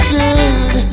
good